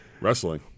Wrestling